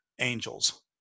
angels